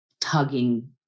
tugging